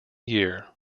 year